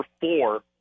four